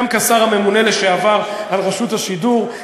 גם כשר הממונה לשעבר על רשות השידור,